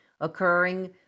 occurring